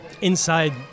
inside